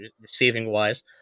receiving-wise